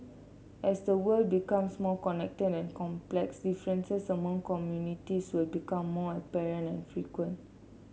as the world becomes more connected and complex differences among communities will become more apparent and frequent